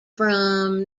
from